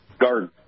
garden